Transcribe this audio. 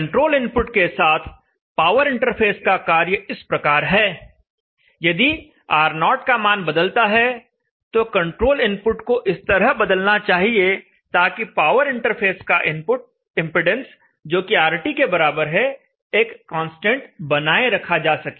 control input के साथ power interface का कार्य इस प्रकार है यदि R0 का मान बदलता है तो कंट्रोल इनपुट को इस तरह बदलना चाहिए ताकि पावर इंटरफ़ेस का इनपुट इंपेडेंस जोकि RT के बराबर है एक कांस्टेंट बनाए रखा जा सके